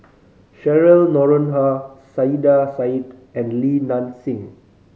Cheryl Noronha Saiedah Said and Li Nanxing